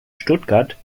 stuttgart